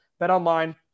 Betonline